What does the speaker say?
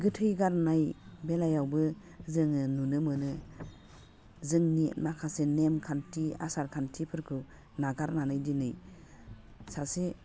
गोथै गारनाय बेलायावबो जोङो नुनो मोनो जोंनि माखासे नेमखान्थि आसारखान्थिफोरखौ नागारनानै दिनै सासे